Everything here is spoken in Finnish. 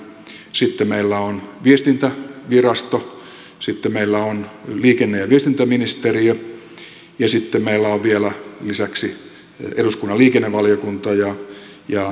sitten meillä on viestintävirasto sitten meillä on liikenne ja viestintäministeriö ja sitten meillä on vielä lisäksi eduskunnan liikennevaliokunta ja eduskunta